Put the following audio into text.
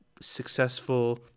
successful